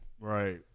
Right